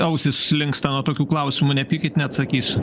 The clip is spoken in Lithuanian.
ausys linksta nuo tokių klausimų nepykit neatsakysiu